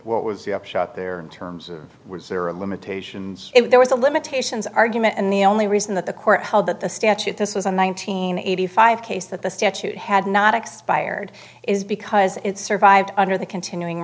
what was the upshot there terms of was there a limitations if there was a limitations argument and the only reason that the court held that the statute this was a nineteen eighty five case that the statute had not expired is because it survived under the continuing